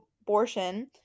abortion